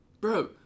Bro